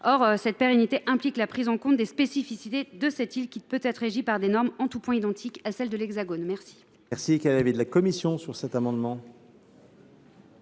Or cette pérennité implique la prise en compte des spécificités de cette île, qui ne peut être soumise à des normes en tout point identiques à celles qui sont en